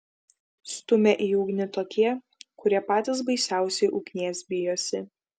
stumia į ugnį tokie kurie patys baisiausiai ugnies bijosi